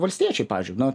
valstiečiai pavyzdžiui nu